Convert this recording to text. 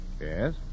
Yes